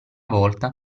volta